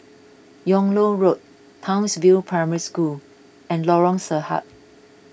Yung Loh Road Townsville Primary School and Lorong Sarhad